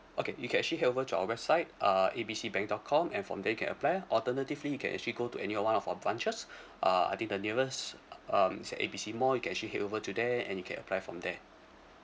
okay you can actually head over to our website uh A B C bank dot com and from there you can apply alternatively you can actually go to any uh one of our branches uh I think the nearest um is a A B C mall you can actually head over to there and you can apply from there